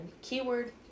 keyword